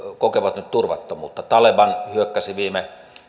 kokevat nyt turvattomuutta taleban hyökkäsi viime